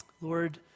Lord